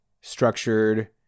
structured